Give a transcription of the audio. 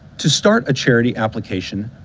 to start a charity application,